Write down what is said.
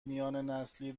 میاننسلی